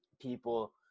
people